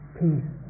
peace